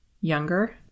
younger